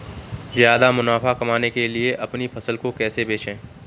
ज्यादा मुनाफा कमाने के लिए अपनी फसल को कैसे बेचें?